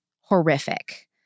horrific